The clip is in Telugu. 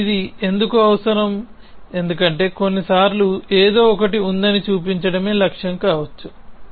మనకు ఇది ఎందుకు అవసరం ఎందుకంటే కొన్నిసార్లు ఏదో ఒకటి ఉందని చూపించడమే లక్ష్యం కావచ్చు